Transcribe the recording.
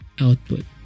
output